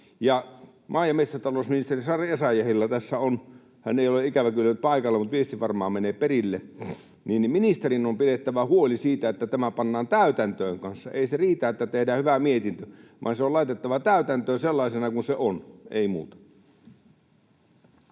Maa- ja metsätalousministeri Sari Essayahin — hän ei ole ikävä kyllä nyt paikalla, mutta viesti varmaan menee perille — on pidettävä huoli siitä, että tämä pannaan kanssa täytäntöön. Ei se riitä, että tehdään hyvä mietintö, vaan se on laitettava täytäntöön sellaisena kuin se on. — Ei muuta.